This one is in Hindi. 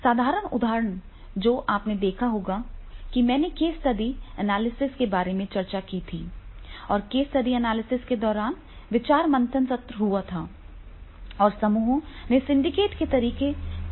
साधारण उदाहरण जो आपने देखा होगा जब मैंने केस स्टडी एनालिसिस के बारे में चर्चा की थी और केस स्टडी एनालिसिस के दौरान विचार मंथन सत्र हुआ था और समूहों ने सिंडिकेट के तरीकों का इस्तेमाल किया था